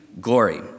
glory